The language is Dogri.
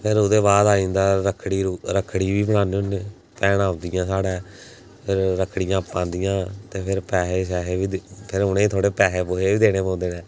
फिर ओह्दे बाद आई जंदा रक्खड़ी रु रक्खड़ी बी बनाने होन्ने भैनां औंदियां साढ़े फिर रक्खड़ियां पांदियां ते फिर पैहे शैहे बी दे फिर उ'नेंगी थोह्ड़े पैहे पूहे बी देने पौंदे न